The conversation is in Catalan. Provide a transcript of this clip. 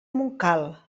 montcal